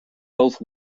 both